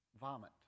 vomit